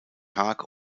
haag